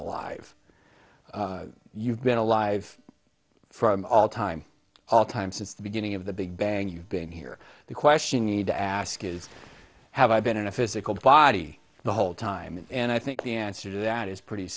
alive you've been alive from all time all time since the beginning of the big bang you've been here the question you need to ask is have i been in a physical body the whole time and i think the answer to that is pretty